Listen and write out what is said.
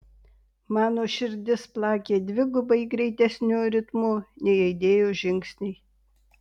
mano širdis plakė dvigubai greitesniu ritmu nei aidėjo žingsniai